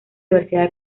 universidad